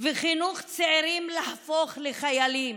וחינוך צעירים להפוך לחיילים.